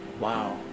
wow